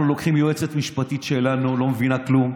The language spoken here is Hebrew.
אנחנו לוקחים יועצת משפטית שלנו, שלא מבינה כלום,